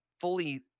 fully